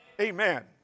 Amen